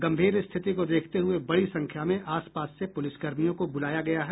गंभीर स्थिति को देखते हुए बड़ी संख्या में आसपास से पुलिसकर्मियों को बुलाया गया है